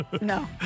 No